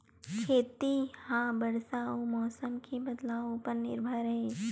खेती हा बरसा अउ मौसम के बदलाव उपर निर्भर हे